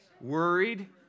Worried